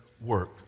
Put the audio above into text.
work